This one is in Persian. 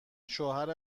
شوهر